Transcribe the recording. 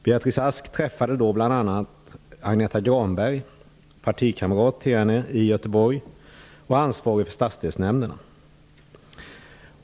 Beatrice Ask träffade då bl.a. Agneta Granberg, partikamrat till henne i Göteborg, och ansvarig för stadsdelsnämnderna.